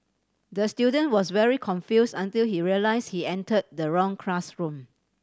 the student was very confuse until he realise he enter the wrong classroom